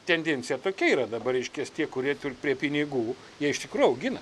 tendencija tokia yra dabar reiškias tie kurie tur prie pinigų jie iš tikrųjų augina